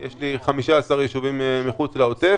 יש לי 15 יישובים מחוץ לעוטף